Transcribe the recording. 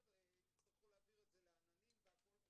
יותר יצטרכו להעביר את זה לעננים והכל,